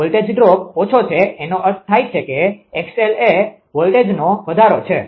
voltage drop ઓછો છે એનો અર્થ થાય છે કે 𝑥𝑙 એ વોલ્ટેજનો વધારો છે